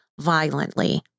violently